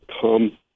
come